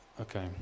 Okay